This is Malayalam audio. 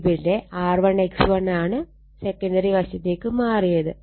ഇവിടെ R1 X1 ആണ് സെക്കണ്ടറി വശത്തേക്ക് മാറിയത്